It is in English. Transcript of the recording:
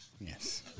yes